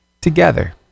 together